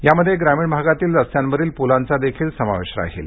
यामध्ये ग्रामीण भागातील रस्त्यांवरील पुलांचा देखील समावेश आहे